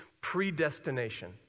predestination